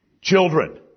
Children